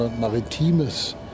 maritimes